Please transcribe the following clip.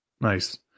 nice